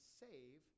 save